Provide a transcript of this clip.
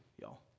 y'all